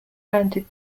landed